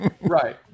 right